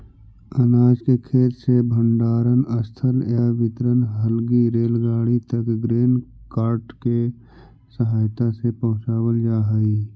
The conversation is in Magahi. अनाज के खेत से भण्डारणस्थल या वितरण हलगी रेलगाड़ी तक ग्रेन कार्ट के सहायता से पहुँचावल जा हई